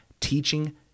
teaching